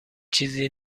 چیزی